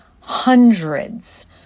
hundreds